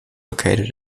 located